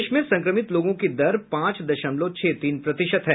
देश में संक्रमित लोगों की दर पांच दशमलव छह तीन प्रतिशत है